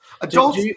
Adults